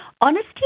Honesty